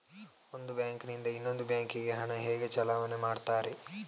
ಒಂದು ಬ್ಯಾಂಕ್ ನಿಂದ ಇನ್ನೊಂದು ಬ್ಯಾಂಕ್ ಗೆ ಹಣ ಹೇಗೆ ಚಲಾವಣೆ ಮಾಡುತ್ತಾರೆ?